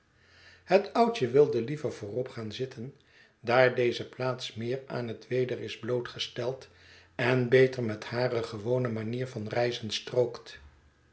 het oudje wilde liever voorop gaan zitten daar deze plaats meer aan het weder is blootgesteld en beter met hare gewone manier van reizen strookt